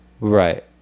Right